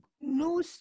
No